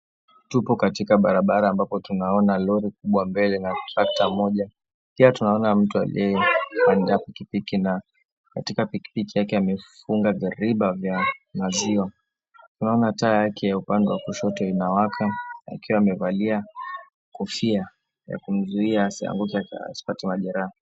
Tupo katika barabara, ambapo tunaona lori kubwa mbele na trekta moja. Pia tunaona mtu aliyekalia pikipiki na katika pikipiki yake amefunga viriba vya maziwa. Tunaona taa yake ya upande wa kushoto inawaka, akiwa amevalia kofia ya kumzuia asianguke, asipate majereha.